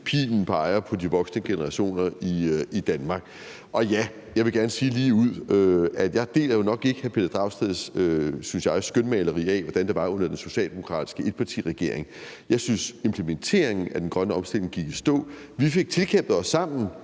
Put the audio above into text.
pilen peger på de voksne generationer i Danmark. Jeg vil gerne sige ligeud, at jeg nok ikke deler hr. Pelle Dragsteds skønmaleri, hvad jeg synes det er, af, hvordan det var under den socialdemokratiske etpartiregering. Jeg synes, implementeringen af den grønne omstilling gik i stå. Vi fik sammen tilkæmpet os nogle